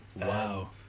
Wow